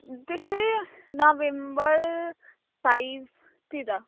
त्यस्तै नोभेम्बर फाइभतिर